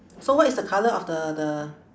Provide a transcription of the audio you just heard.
so what is the colour of the the